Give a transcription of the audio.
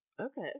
okay